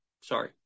sorry